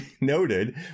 noted